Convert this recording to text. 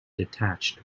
detached